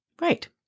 Right